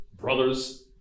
brothers